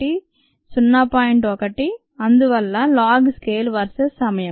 1 అందువల్ల log scale versus సమయం